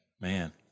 Man